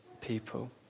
people